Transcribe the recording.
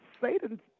Satan